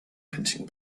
printing